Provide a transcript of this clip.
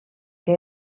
que